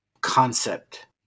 concept